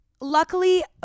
luckily